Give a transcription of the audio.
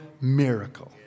miracle